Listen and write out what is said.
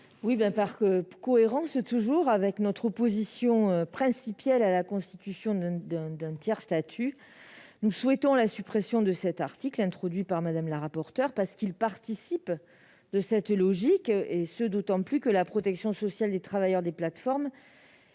14. Par cohérence avec notre opposition de principe à la création d'un tiers-statut, nous souhaitons la suppression de cet article, introduit par Mme la rapporteure, car il participe de cette logique, et ce d'autant plus que la protection des travailleurs des plateformes